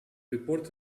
reported